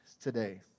today